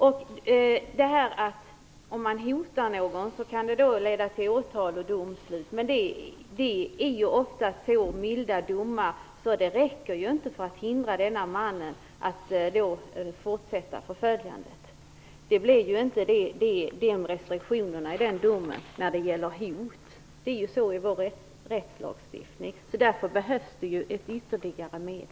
När det gäller att hot mot någon kan leda till åtal och domslut vill jag säga att det oftast är så milda domar att de inte räcker för att hindra en man att fortsätta förföljandet. En sådan dom ger ju inte en sådan restriktionen när det gäller hot. Så fungerar ju vår rättslagstiftning. Därför behövs det ett ytterligare medel.